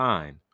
Fine